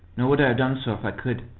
nor would i have done so if i could,